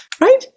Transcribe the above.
right